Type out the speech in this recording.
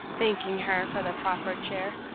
thanking her for the proffered chair.